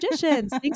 Thanks